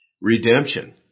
Redemption